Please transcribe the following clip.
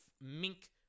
mink